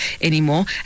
anymore